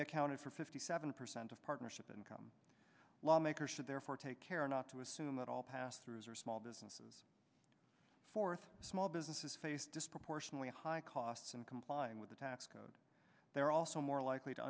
they accounted for fifty seven percent of partnership income lawmakers should therefore take care not to assume that all pass through are small businesses fourth small businesses face disproportionately high costs and complying with the tax code they're also more likely to